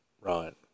Right